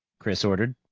chris ordered.